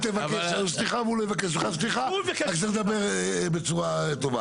אתה לא צריך לבקש סליחה והוא לא צריך לבקש סליחה.